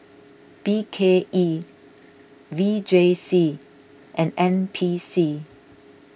B K E V J C and N P C